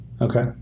Okay